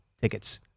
tickets